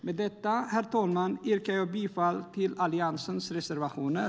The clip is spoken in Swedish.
Med detta yrkar jag bifall till Alliansens reservationer.